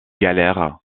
galères